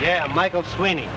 yeah michael sweeney